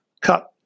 cut